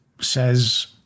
says